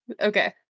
Okay